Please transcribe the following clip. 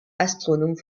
astronome